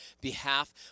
behalf